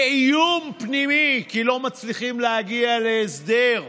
כאיום פנימי, כי לא מצליחים להגיע להסדר.